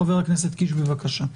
חבר הכנסת קיש, בבקשה.